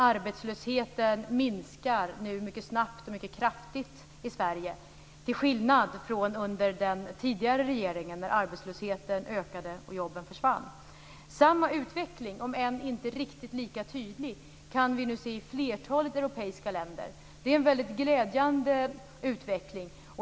Arbetslösheten minskar nu mycket snabbt och kraftigt i Sverige, till skillnad från under den tidigare regeringen då arbetslösheten ökade och jobben försvann. Samma utveckling, om än inte riktigt lika tydlig, kan vi nu se i flertalet europeiska länder. Det är en väldigt glädjande utveckling.